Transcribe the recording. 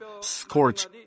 scorch